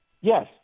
yes